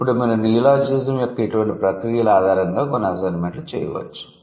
ఇప్పుడు మీరు నియోలాజిజం యొక్క ఇటువంటి ప్రక్రియల ఆధారంగా కొన్ని అసైన్మెంట్లు చేయవచ్చు